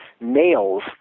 nails